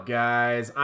guys